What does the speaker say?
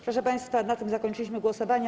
Proszę państwa, na tym zakończyliśmy głosowania.